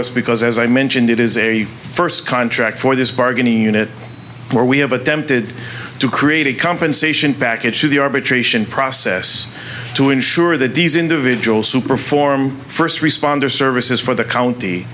us because as i mentioned it is a first contract for this bargaining unit where we have attempted to create a compensation package to the arbitration process to ensure that these individuals who perform first responder services for the county